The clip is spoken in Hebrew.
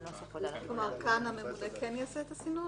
כאן הממונה יעשה את הסינון?